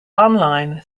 online